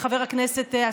חבר הכנסת,